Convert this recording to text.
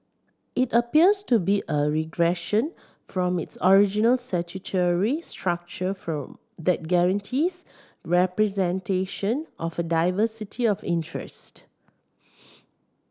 it appears to be a regression from its original statutory structure for that guarantees representation of a diversity of interest